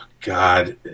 God